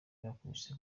bakubise